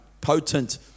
potent